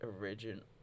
original